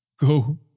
Go